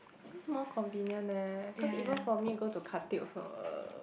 seems more convenient eh cause even for me go to Khatib also uh